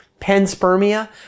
panspermia